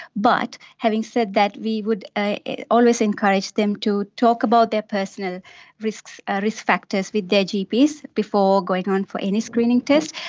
but having said that, we would always encourage them to talk about their personal risk ah risk factors with their gps before going on for any screening test,